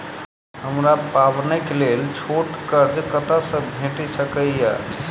हमरा पाबैनक लेल छोट कर्ज कतऽ सँ भेटि सकैये?